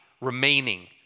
remaining